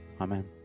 Amen